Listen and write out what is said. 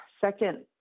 second